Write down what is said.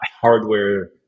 hardware